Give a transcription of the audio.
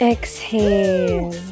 Exhale